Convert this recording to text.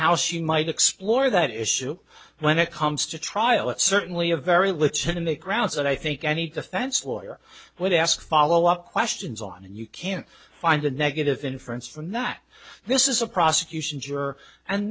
how she might explore that issue when it comes to trial it's certainly a very legitimate grounds and i think any defense lawyer would ask follow up questions on and you can find a negative inference from that this is a prosecution juror and